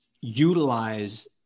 utilize